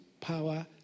power